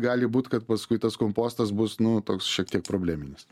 gali būt kad paskui tas kompostas bus nu toks šiek tiek probleminis